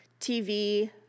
TV